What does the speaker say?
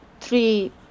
three